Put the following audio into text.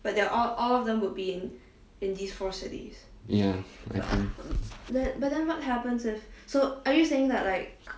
ya I think